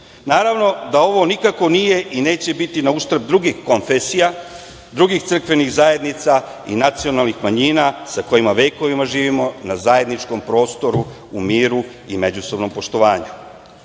Naravno da ovo nikako nije i neće biti na uštrb drugih konfesija, drugih crkvenih zajednica, nacionalnih manjina sa kojima vekovima živimo na zajedničkom prostoru u miru i međusobnom poštovanju. Kosovo